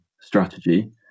strategy